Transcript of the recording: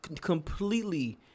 completely